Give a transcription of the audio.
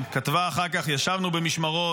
היא כתבה אחר כך: "ישבנו במשמרות,